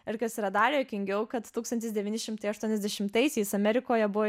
ir kas yra dar juokingiau kad tūkstantis devyni šimtai aštuoniasdešimtaisiais amerikoje buvo